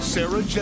Sarah